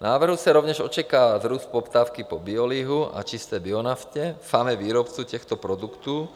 V návrhu se rovněž očekává vzrůst poptávky po biolihu a čisté bionafty FAME výrobců těchto produktů.